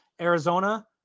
Arizona